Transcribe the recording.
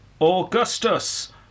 Augustus